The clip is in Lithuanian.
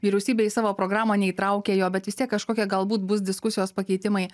vyriausybė į savo programą neįtraukė jo bet vis tiek kažkokie galbūt bus diskusijos pakeitimai